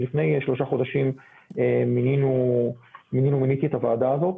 לפני שלושה חודשים מיניתי את הוועדה הזאת.